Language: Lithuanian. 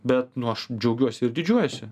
bet nu aš džiaugiuosi ir didžiuojuosi